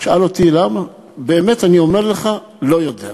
תשאל אותי למה, באמת אני אומר לך, לא יודע.